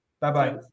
Bye-bye